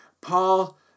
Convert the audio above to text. Paul